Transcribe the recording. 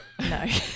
No